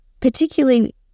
particularly